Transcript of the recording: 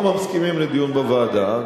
אנחנו מסכימים לדיון בוועדה.